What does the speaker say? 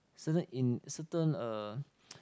certain in certain uh